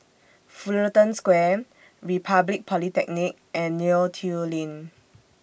Fullerton Square Republic Polytechnic and Neo Tiew Lane